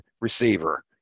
receiver